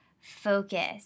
Focus